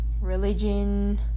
religion